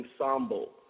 Ensemble